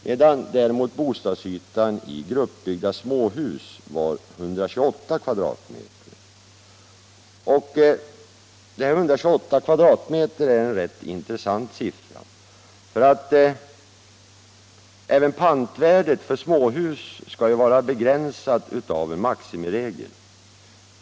medan däremot bostadsytan i gruppbyggda småhus var 128 m?. Den senare siffran är rätt intressant. Även pantvärdet för småhus skall vara begränsat av en maximiregeln.